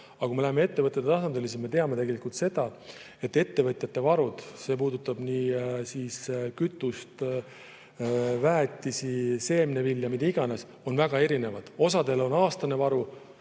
Aga kui me läheme ettevõtete tasandile, siis me teame seda, et ettevõtjate varud – see puudutab kütust, väetist, seemnevilja, mida iganes – on väga erinevad. Osal on aastane varu,